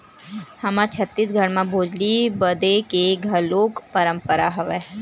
हमर छत्तीसगढ़ म भोजली बदे के घलोक परंपरा हवय